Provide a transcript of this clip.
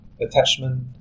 Attachment